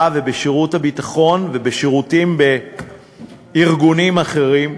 ובשירות הביטחון ובשירותים בארגונים אחרים.